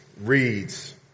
reads